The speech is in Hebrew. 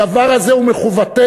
הדבר הזה הוא מחובתנו.